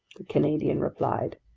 canadian replied.